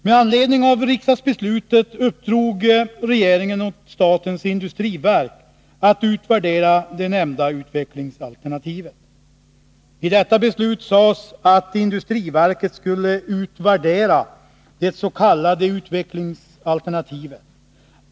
Med anledning av riksdagsbeslutet uppdrog regeringen åt statens industriverk att utvärdera det nämnda utvecklingsalternativet. I detta beslut sades att industriverket skulle utvärdera det s.k. utvecklingsalternativet.